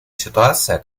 ситуация